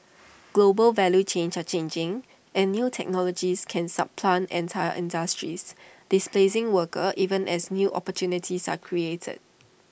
global value chains are changing and new technologies can supplant entire industries displacing workers even as new opportunities are created